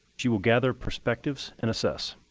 she will gather perspectives and assess.